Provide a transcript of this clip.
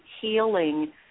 healing